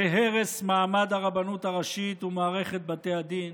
בהרס מעמד הרבנות הראשית ומערכת בתי הדין,